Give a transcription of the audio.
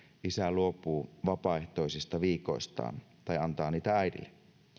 isä luopuu vapaaehtoisista viikoistaan tai antaa niitä äidille